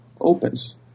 opens